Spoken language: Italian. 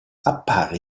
appare